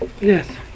Yes